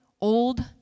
old